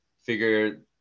figure